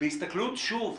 שוב,